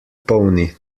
pony